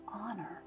honor